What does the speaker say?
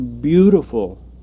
beautiful